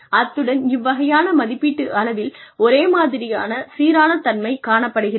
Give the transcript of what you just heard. அத்துடன் இவ்வகையான மதிப்பீட்டு அளவில் ஒரே மாதிரியான சீரானத்தன்மை காணப்படுகிறது